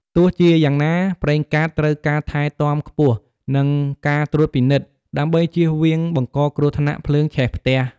ទោះជាយ៉ាងណា ប្រេងកាតត្រូវការថែទាំខ្ពស់ និងការត្រួតពិនិត្យ ដើម្បីជៀសវាងបង្កគ្រោះថ្នាក់ភ្លើងឆេះផ្ទះ។